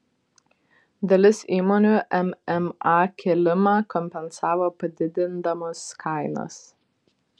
dalis įmonių mma kėlimą kompensavo padidindamos kainas